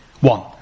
One